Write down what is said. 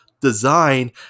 design